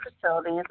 facilities